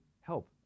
help